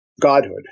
godhood